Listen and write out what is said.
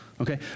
Okay